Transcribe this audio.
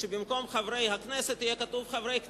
שבמקום "חברי הכנסת" יהיה כתוב "חברי כנסת".